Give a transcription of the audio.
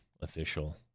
official